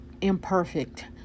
imperfect